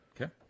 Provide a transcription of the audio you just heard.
Okay